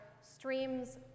streams